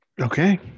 Okay